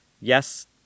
yes